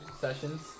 sessions